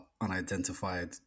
unidentified